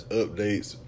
updates